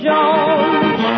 Jones